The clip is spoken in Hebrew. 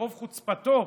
ברוב חוצפתו,